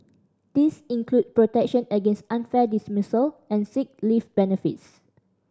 this include protection against unfair dismissal and sick leave benefits